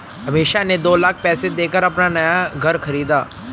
अमीषा ने दो लाख पैसे देकर अपना नया घर खरीदा